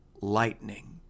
lightning